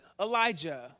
Elijah